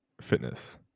fitness